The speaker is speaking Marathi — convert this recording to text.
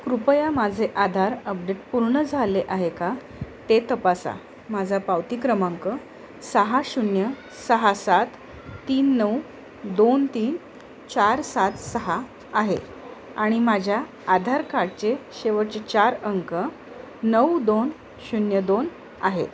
कृपया माझे आधार अपडेट पूर्ण झाले आहे का ते तपासा माझा पावती क्रमांक सहा शून्य सहा सात तीन नऊ दोन तीन चार सात सहा आहे आणि माझ्या आधार कार्डचे शेवटचे चार अंक नऊ दोन शून्य दोन आहेत